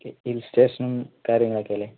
okay hill സ്റ്റേഷനും കാര്യങ്ങളൊക്കെ അല്ലേ